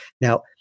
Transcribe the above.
Now